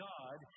God